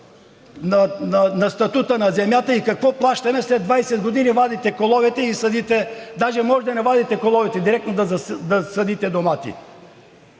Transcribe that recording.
на статута на земята? И какво плащаме? След 20 години вадите коловете, даже може да не вадите коловете, а директно да засадите домати,